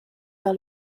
par